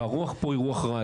והרוח פה היא רוח רעה.